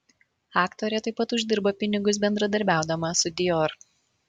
aktorė taip pat uždirba pinigus bendradarbiaudama su dior